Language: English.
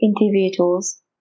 individuals